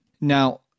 Now